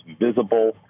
visible